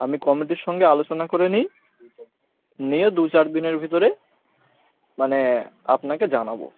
আমি কমিটির সঙ্গে আলোচনা করে নিই নিয়ে দু চার দিনের ভিতরে মানে আপনাকে জানাব